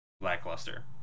lackluster